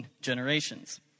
generations